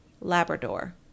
Labrador